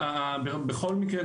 בכל מקרה,